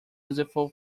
useful